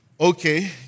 okay